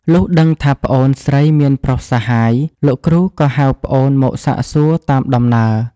លុះដឹងថាប្អូនស្រីមានប្រុសសហាយ លោកគ្រូក៏ហៅប្អូនមកសាកសួរតាមដំណើរ ។